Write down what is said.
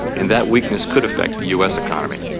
and that weakness could affect the u s. economy.